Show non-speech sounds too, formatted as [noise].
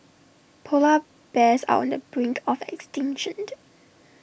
Polar Bears are on the brink of extinction [unintelligible]